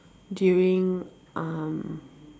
during um